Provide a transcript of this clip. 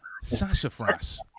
Sassafras